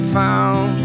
found